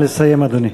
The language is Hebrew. נא לסיים, אדוני.